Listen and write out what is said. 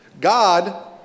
God